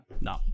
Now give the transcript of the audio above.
No